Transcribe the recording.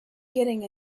getting